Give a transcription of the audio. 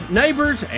neighbors